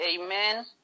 Amen